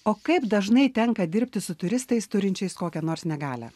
o kaip dažnai tenka dirbti su turistais turinčiais kokią nors negalią